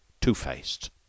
two-faced